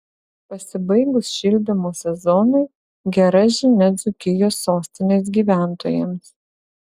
pasibaigus šildymo sezonui gera žinia dzūkijos sostinės gyventojams